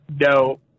No